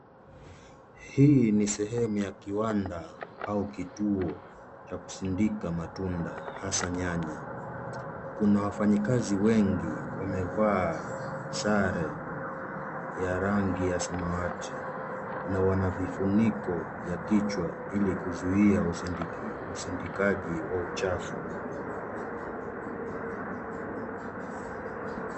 Hii ni sehemu ya kiwanda au kituo cha kusindika matunda hasa nyanya. Kuna wafanyakazi wengi wamevaa sare ya rangi ya samawati na wanavifuniko vya kichwa ili kuzuia usindikaji wa uchafu.